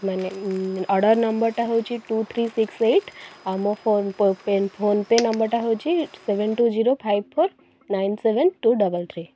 ମାନେ ଉଁ ଅର୍ଡ଼ର ନମ୍ବରଟା ହଉଛି ଟୁ ଥ୍ରୀ ସିକ୍ସ ଏଇଟ ଆଉ ମୋ ଫୋନପେ ନମ୍ବରଟା ହଉଛି seven two zero five four nine seven two double three